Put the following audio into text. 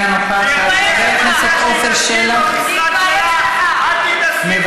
חבר הכנסת אחמד טיבי, אינו נוכח.